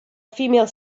female